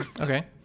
Okay